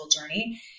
journey